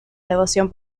devoción